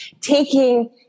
taking